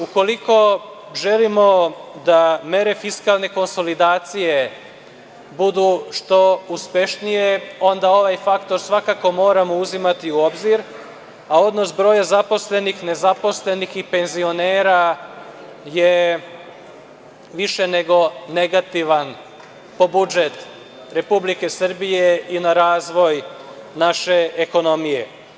Ukoliko želimo da mere fiskalne konsolidacije budu što uspešnije, onda ovaj faktor svakako moramo uzimati u obzir, a odnos broja zaposlenih, nezaposlenih i penzionera je više nego negativan po budžet Republike Srbije i na razvoj naše ekonomije.